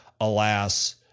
alas